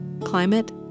Climate